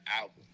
album